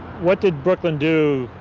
what did brooklyn do,